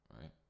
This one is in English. right